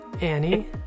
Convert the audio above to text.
Annie